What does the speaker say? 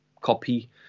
copy